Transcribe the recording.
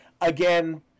again